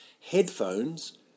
headphones